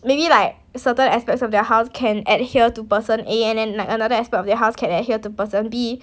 maybe like certain aspects of their house can adhere to person A and then like another aspect of their house can adhere to person B